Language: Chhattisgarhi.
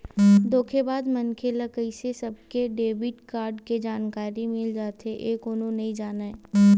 धोखेबाज मनखे ल कइसे सबके डेबिट कारड के जानकारी मिल जाथे ए कोनो नइ जानय